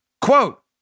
Quote